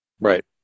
Right